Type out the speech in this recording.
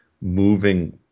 moving